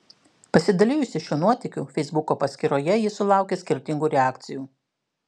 pasidalijusi šiuo nuotykiu feisbuko paskyroje ji sulaukė skirtingų reakcijų